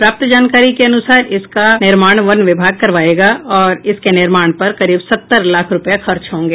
प्राप्त जानकारी के अनुसार इसका निर्माण वन विभाग करवायेगा और इसके निर्माण पर करीब सत्तर लाख रूपये खर्च होंगे